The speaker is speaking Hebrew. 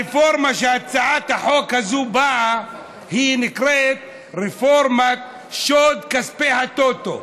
הרפורמה שהצעת החוק הזאת באה לעשות נקראת "רפורמת שוד כספי הטוטו".